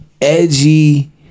edgy